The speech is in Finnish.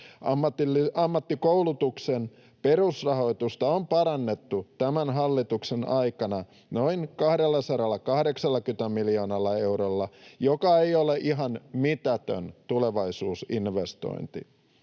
Ammattikoulutuksen perusrahoitusta on parannettu tämän hallituksen aikana noin 280 miljoonalla eurolla, mikä ei ole ihan mitätön tulevaisuusinvestointi.